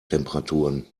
temperaturen